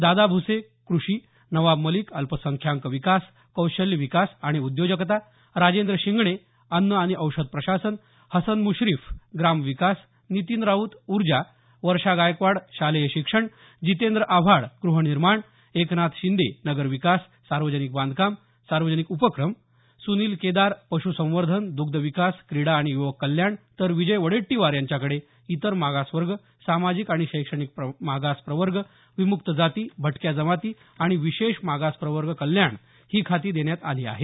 दादा भुसे क्रषी नवाब मलिक अल्पसंख्याक विकास कौशल्य विकास आणि उद्योजकता राजेंद्र शिंगणे अन्न आणि औषध प्रशासन हसन म्श्रीफ ग्राम विकास नितीन राऊत उर्जा वर्षा गायकवाड शालेय शिक्षण जितेंद्र आव्हाड गृहनिर्माण एकनाथ शिंदे नगर विकास सार्वजनिक बांधकाम सार्वजनिक उपक्रम सुनिल केदार पशुसंवर्धन दुग्धविकास क्रीडा आणि युवक कल्याण तर विजय वडेट्टीवार यांच्याकडे इतर मागासवर्ग सामाजिक आणि शैक्षणिक मागास प्रवर्ग विम्क्त जाती भटक्या जमाती आणि विशेष मागास प्रवर्ग कल्याण ही खाती देण्यात आली आहेत